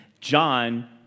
John